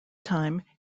time